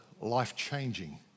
life-changing